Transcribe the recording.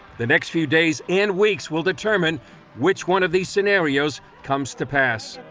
the next few days and weeks will determine which one of these scenarios comes to pass.